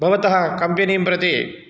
भवतः कम्पेनीं प्रति